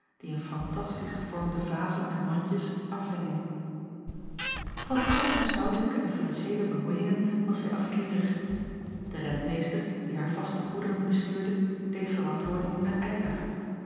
in fantastisch gevormde vazen en mandjes afhingen van alle huishoudelijke en financiëele bemoeiingen was zij afkeerig de rentmeester die haar vaste goederen bestuurde deed verantwoording aan